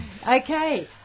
okay